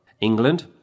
england